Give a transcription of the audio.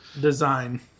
Design